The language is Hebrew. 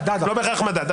בהכרח מדד אחר.